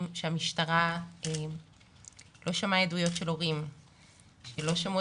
המשטרה לא שמעה עדויות של הורים ולא שמעו